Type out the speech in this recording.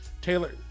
Taylor